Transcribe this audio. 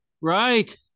Right